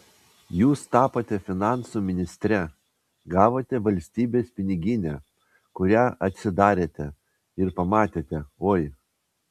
jūs tapote finansų ministre gavote valstybės piniginę kurią atsidarėte ir pamatėte oi